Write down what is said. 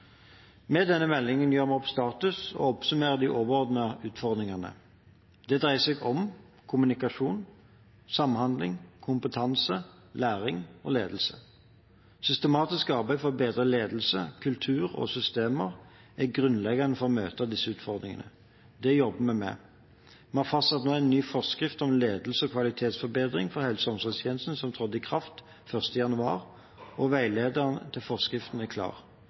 Med denne meldingen gjør vi opp status og oppsummerer de overordnede utfordringene. Det dreier seg om kommunikasjon, samhandling, kompetanse, læring og ledelse. Systematisk arbeid for å bedre ledelse, kultur og systemer er grunnleggende for å møte disse utfordringene. Det jobber vi med. Vi har nå fastsatt en ny forskrift om ledelse og kvalitetsforbedring for helse- og omsorgstjenesten, som trådte i kraft 1. januar, og veilederen til forskriften er klar.